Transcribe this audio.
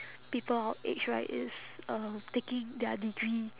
people our age right is uh taking their degree